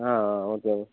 ஆ ஆ okay ma'am